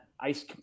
ice